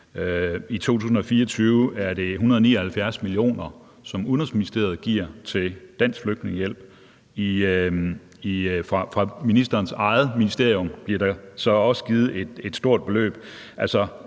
i 2024 er det 179 mio. kr., som Udenrigsministeriet giver til Dansk Flygtningehjælp. Fra ministerens eget ministerium bliver der også givet et stort beløb